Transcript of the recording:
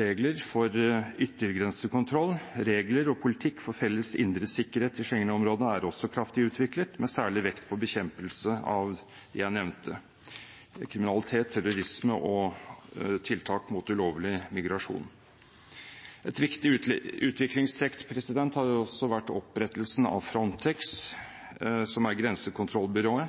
regler for yttergrensekontroll. Regler og politikk for felles indre sikkerhet i Schengen-området er også kraftig utviklet, med særlig vekt på bekjempelse av det jeg nevnte – kriminalitet, terrorisme og tiltak mot ulovlig migrasjon. Et viktig utviklingstrekk har også vært opprettelsen av grensekontrollbyrået Frontex i 2004, som